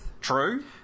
True